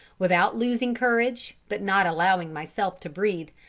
without losing courage, but not allowing myself to breathe,